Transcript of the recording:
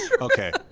Okay